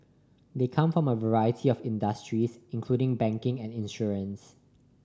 they come from a variety of industries including banking and insurance